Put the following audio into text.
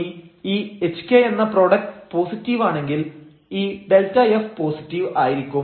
ഇനി ഈ hk എന്ന പ്രോഡക്റ്റ് പോസിറ്റീവ് ആണെങ്കിൽ ഈ Δf പോസിറ്റീവ് ആയിരിക്കും